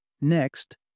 Next